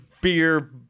beer